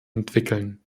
entwickeln